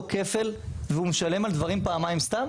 כפל והוא משלם על דברים פעמיים סתם?